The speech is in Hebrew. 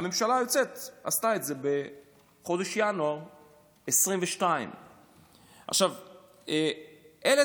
הממשלה היוצאת עשתה את זה בחודש ינואר 2022. אלה